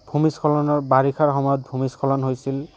ভূমিস্খলনৰ বাৰিষাৰ সময়ত ভূমিস্খলন হৈছিল